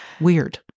Weird